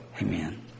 Amen